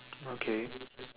okay